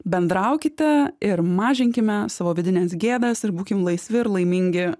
bendraukite ir mažinkime savo vidines gėdas ir būkim laisvi ir laimingi